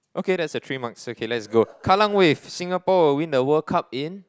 okay that's a three marks okay let's go Kallang wave Singapore will win the World Cup in